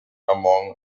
among